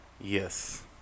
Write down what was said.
Yes